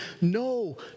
no